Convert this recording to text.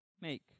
Make